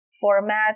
format